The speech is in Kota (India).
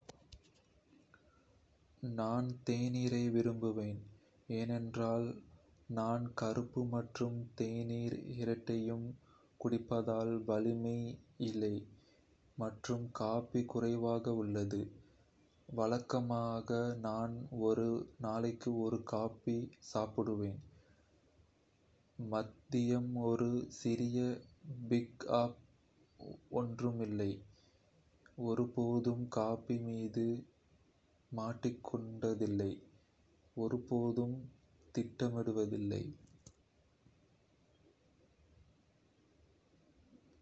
நான் தேநீரை விரும்புவேன், ஏனென்றால் நான் கருப்பு மற்றும் தேநீர் இரண்டையும் குடிப்பதால் வலிமை இல்லை மற்றும் காஃபின் குறைவாக உள்ளது. வழக்கமாக நான் ஒரு நாளைக்கு ஒரு காபி சாப்பிடுவேன், மதியம் ஒரு சிறிய பிக் அப். ஒன்றுமில்லை ஒருபோதும் காஃபின் மீது மாட்டிக்கொண்டதில்லை, ஒருபோதும் திட்டமிடவில்லை